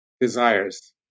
desires